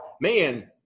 man